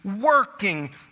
working